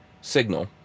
Signal